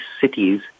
cities